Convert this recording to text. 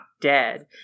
dead